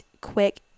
quick